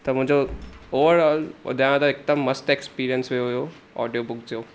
त मुंहिंजो ओवरऑल ॿुधायांव त हिकदमि मस्तु एक्सपीरियंस हुयो हुयो ऑडियो बुक जो